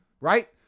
right